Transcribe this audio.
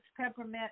peppermint